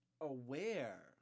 aware